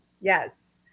yes